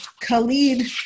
Khalid